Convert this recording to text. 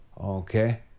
okay